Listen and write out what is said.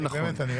זה נכון.